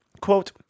Quote